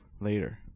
later